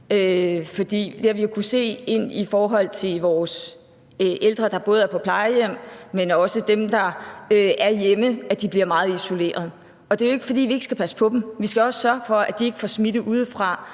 For vi har jo kunnet se i forhold til vores ældre, både dem, der er på plejehjem, men også dem, der er hjemme, at de bliver meget isolerede. Det er jo ikke, fordi vi ikke skal passe på dem – vi skal også sørge for, at de ikke får smitte udefra